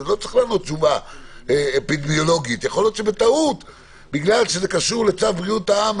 לא צריך לענות תשובה אפידמיולוגית בגלל שזה קשור לצו בריאות העם,